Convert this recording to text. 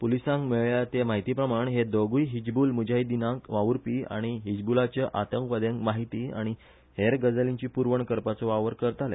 पुलिसांक मेळ्ळया ते म्हायती प्रमाण हे दोगुय हिजबुल मुजाहिदीनाक वाव्रपी आनी हिजबुलाच्या आतंकवाद्यांक माहिती आनी हेर गजालींची पुरवण करपाचो वावर करताले